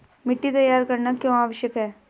मिट्टी तैयार करना क्यों आवश्यक है?